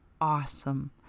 awesome